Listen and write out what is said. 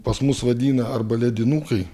pas mus vadina arba ledinukai